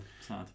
sad